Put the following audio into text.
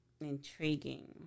Intriguing